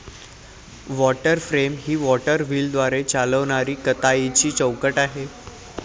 water frame ही water व्हीलद्वारे चालविणारी कताईची चौकट आहे